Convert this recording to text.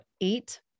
eight